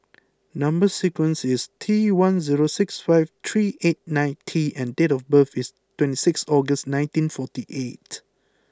number sequence is T one zero six five three eight nine T and date of birth is twenty six August nineteen forty eight